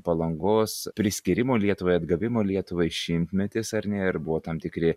palangos priskyrimo lietuvai atgavimo lietuvai šimtmetis ar ne ir buvo tam tikri